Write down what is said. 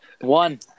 One